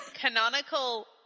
canonical